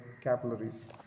capillaries